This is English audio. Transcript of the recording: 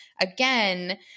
again